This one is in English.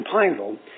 Pineville